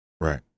Right